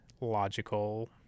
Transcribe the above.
logical